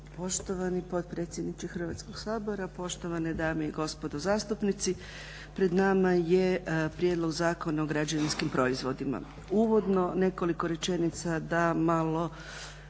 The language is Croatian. Poštovani potpredsjedniče Hrvatskog sabora, poštovane dame i gospodo zastupnici. Pred nama je Prijedlog zakona o građevinskim proizvodima. Uvodno nekoliko rečenica da malo